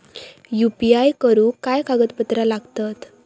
UPI करुक काय कागदपत्रा लागतत?